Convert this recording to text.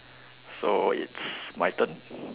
so it's my turn